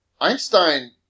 Einstein